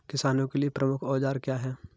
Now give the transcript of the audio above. किसानों के लिए प्रमुख औजार क्या हैं?